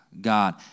God